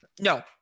No